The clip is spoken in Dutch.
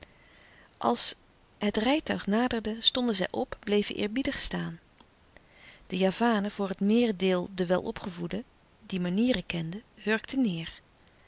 als het rijtuig naderde stonden zij op bleven eerbiedig staan de javanen voor het meerendeel de welopgevoeden die manieren kenden hurkten neêr